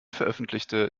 veröffentlichte